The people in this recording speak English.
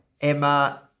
Emma